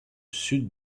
sud